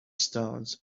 stones